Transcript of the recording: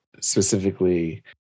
specifically